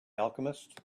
alchemist